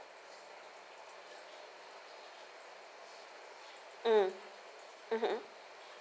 mm mmhmm